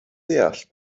deall